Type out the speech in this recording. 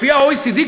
לפי ה-OECD,